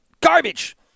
garbage